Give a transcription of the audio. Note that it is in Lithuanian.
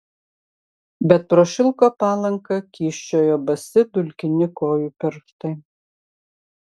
bet pro šilko palanką kyščiojo basi dulkini kojų pirštai